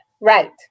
right